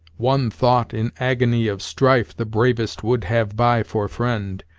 one thought in agony of strife the bravest would have by for friend,